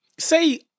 Say